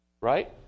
Right